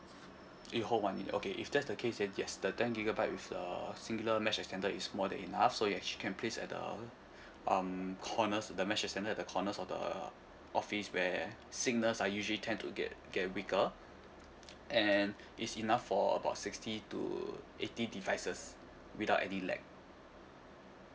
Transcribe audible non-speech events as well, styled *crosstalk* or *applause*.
it hold one year okay if that's the case then yes the ten gigabyte with a singular mesh extender is more than enough so it actually can place at the *breath* um corners the mesh extender at the the corners of the office where signals are usually tend to get get weaker *breath* and it's enough for about sixty to eighty devices without any lag